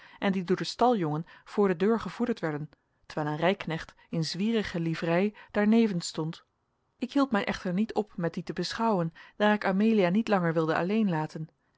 en die door den staljongen voor de deur gevoederd werden terwijl een rijknecht in zwierige livrei daarnevens stond ik hield mij echter niet op met die te beschouwen daar ik amelia niet langer wilde alleen laten